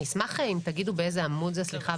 4. אני אשמח אם תגידו באיזה עמוד זה, סליחה.